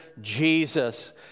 Jesus